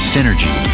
Synergy